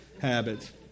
habits